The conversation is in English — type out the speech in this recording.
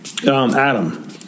Adam